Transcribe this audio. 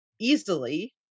easily